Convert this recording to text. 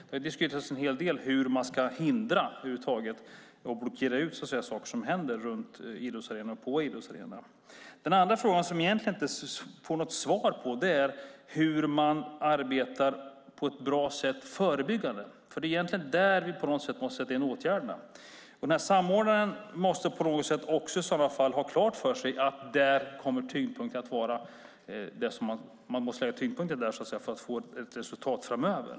Det har diskuterats en hel del hur man ska förhindra och blockera ut saker som händer runt och på idrottsarenorna. Den andra frågan som jag egentligen inte får något svar på är hur man arbetar förebyggande på ett bra sätt, för det är egentligen där vi måste sätta in åtgärderna. Samordnaren måste på något sätt också i sådana fall ha klart för sig att man måste lägga tyngdpunkten där för att få resultat framöver.